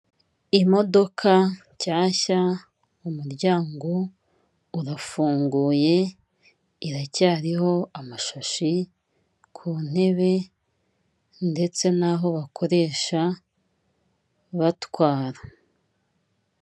Imodoka nshyashya umuryango urafunguye iracyariho amashashi ku ntebe ndetse n'aho bakoresha batwara.